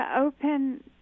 open